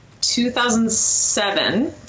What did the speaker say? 2007